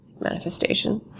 manifestation